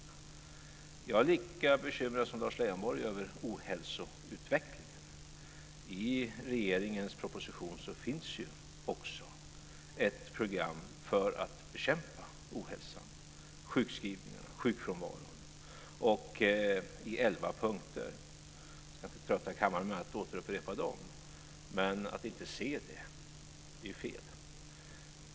Jag är lika bekymrad som Lars Leijonborg över ohälsoutvecklingen. I regeringens proposition finns det också ett program i elva punkter för hur man ska bekämpa ohälsan, sjukskrivningarna och sjukfrånvaron. Jag ska inte trötta kammaren med att återupprepa dem. Men att inte se det är fel.